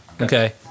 Okay